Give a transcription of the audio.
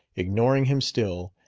ignoring him still,